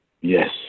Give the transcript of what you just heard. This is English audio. Yes